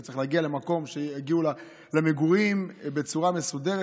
וצריך להגיע למקום שיגיעו למגורים בצורה מסודרת,